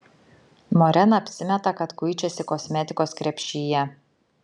morena apsimeta kad kuičiasi kosmetikos krepšyje